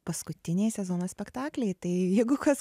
paskutiniai sezono spektakliai tai jeigu kas